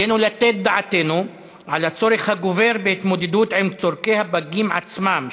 עלינו לתת דעתנו על הצורך הגובר בהתמודדות עם צורכי הפגים עצמם,